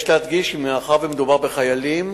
יש להדגיש כי מאחר שמדובר בחיילים,